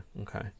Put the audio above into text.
okay